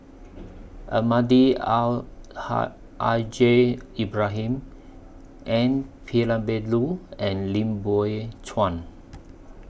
Almahdi Al Haj I J Ibrahim N Palanivelu and Lim Biow Chuan